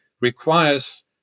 requires